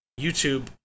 YouTube